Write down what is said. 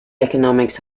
economics